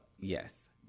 Yes